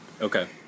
okay